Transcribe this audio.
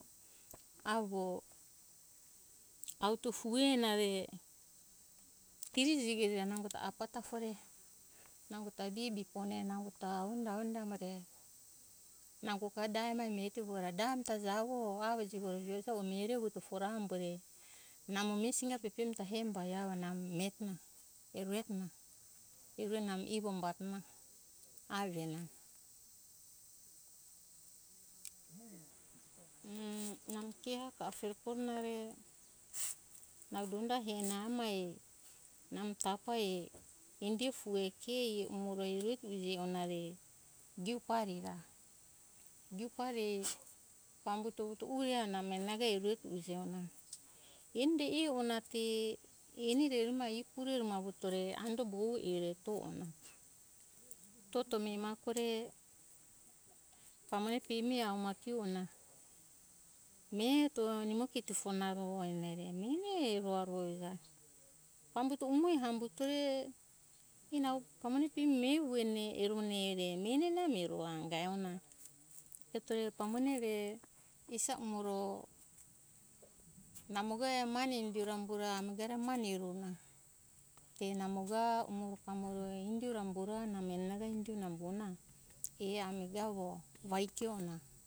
Avo auto fue ena re kiri jigena nango ta apa tafore nango ta bebe ue konne nango ta avonu de avonu de re nango ga dai mihetora da ta javo avo jigora ejo mihora amore namo meni singa pepemi ta hembai avo namo mihetona eru etona evi ivo umbato na avo ena u namo ke hako afere kurona re nau donda hena amai namo tafai indi fue ke emo re vukiji e ona re givu pari ra. givu pari pambuto ue namo enana ga erue hito ivu na te eni re erumai ie kuru re pambutore ando vovu io re vuto toto mima ahako re pamone pemi ao ma kiona miheto na nimo kito fona namo ena na re meni erua uja pambuto umoi hambutore ie nau pamone pemi miha ue ne erone re meni na mo erona anga e ona etore pamone re isa umoro namo ga mane indi ora pambura umo ga mane erona te namo ga umoro kamoro te indi ora te namo ga indi ora te ami ga avo vaikio